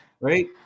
Right